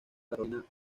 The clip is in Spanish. carolina